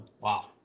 Wow